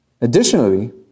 Additionally